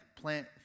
Plant